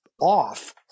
off